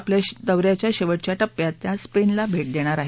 आपल्या दौऱ्याच्या शेवटच्या टप्प्यात त्या स्पेनला भेट देणार आहेत